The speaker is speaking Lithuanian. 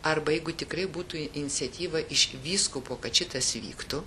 arba jeigu tikrai būtų iniciatyva iš vyskupo kad šitas vyktų